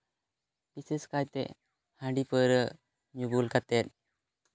ᱵᱤᱥᱮᱥ ᱠᱟᱭᱛᱮ ᱦᱟᱺᱰᱤ ᱯᱟᱹᱣᱨᱟᱹ ᱧᱩ ᱵᱩᱞ ᱠᱟᱛᱮ